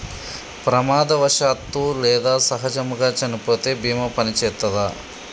ప్రమాదవశాత్తు లేదా సహజముగా చనిపోతే బీమా పనిచేత్తదా?